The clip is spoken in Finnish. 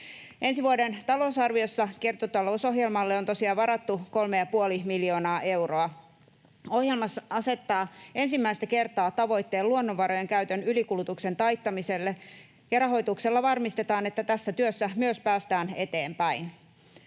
Ensi vuoden talousarviossa kiertotalousohjelmalle on tosiaan varattu 3,5 miljoonaa euroa. Ohjelma asettaa ensimmäistä kertaa tavoitteen luonnonvarojen käytön ylikulutuksen taittamiselle, ja rahoituksella varmistetaan, että tässä työssä myös päästään eteenpäin.